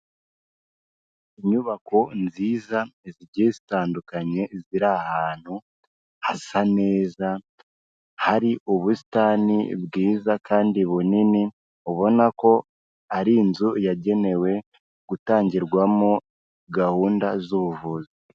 Inyubako nziza zigiye zitandukanye ziri ahantu hasa neza, hari ubusitani bwiza kandi bunini ubona ko ari inzu yagenewe gutangirwamo gahunda z'ubuvuzi.